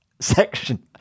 section